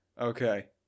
Okay